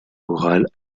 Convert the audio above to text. orale